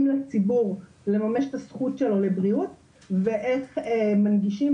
לציבור לממש את הזכות שלו לבריאות ואיך מנגישים,